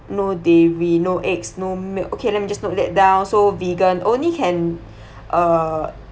no dairy no eggs no milk okay let me just note that down so vegan only can uh